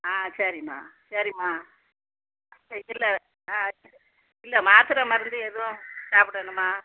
ஆ சரிம்மா சரிம்மா இல்லை ஆ இல்லை மாத்தரை மருந்து எதுவும் சாப்பிடணுமா